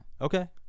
Okay